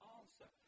answer